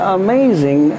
amazing